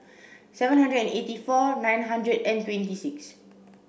seven hundred and eighty four nine hundred and twenty six